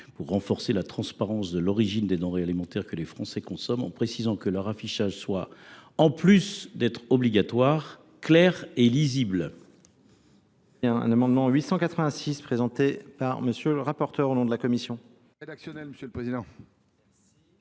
à renforcer la transparence de l’origine des denrées alimentaires que les Français consomment, en précisant que leur affichage, en plus d’être obligatoire, doit être clair et lisible. L’amendement n° 886, présenté par MM. Duplomb et Menonville, au nom de la commission